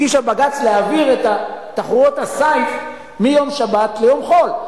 הגישה בג"ץ להעביר את תחרויות הסיף מיום שבת ליום חול.